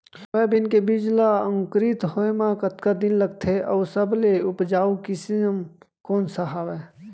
Soybean के बीज ला अंकुरित होय म कतका दिन लगथे, अऊ सबले उपजाऊ किसम कोन सा हवये?